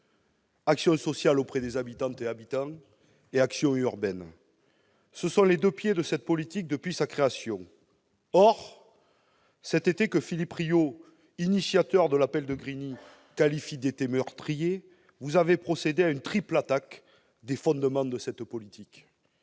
action sociale auprès des habitants et action urbaine -, qui constitue les deux pieds de cette politique depuis sa création. Or, cet été, que Philippe Rio, initiateur de l'appel de Grigny, qualifie d'« été meurtrier », vous avez procédé à une triple attaque des fondements de cette politique.